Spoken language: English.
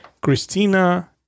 christina